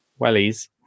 wellies